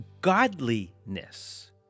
godliness